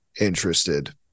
interested